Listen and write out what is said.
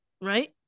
right